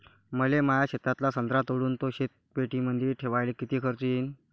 मले माया शेतातला संत्रा तोडून तो शीतपेटीमंदी ठेवायले किती खर्च येईन?